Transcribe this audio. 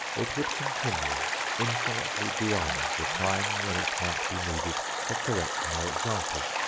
it would continue infinitely beyond the time when it might be needed for correction or example.